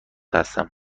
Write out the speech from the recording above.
هستم